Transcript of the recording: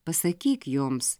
pasakyk joms